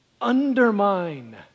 undermine